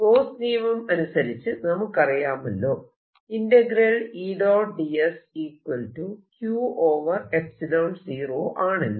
Gauss നിയമം അനുസരിച്ച് നമുക്കറിയാമല്ലോ ആണെന്ന്